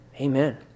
Amen